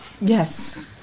Yes